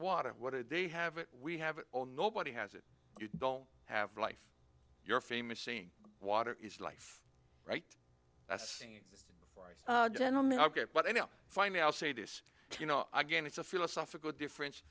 water what did they have it we have it all nobody has it you don't have life you're famous scene water is life right that's right gentlemen ok well i know fine i'll say this you know again it's a philosophical difference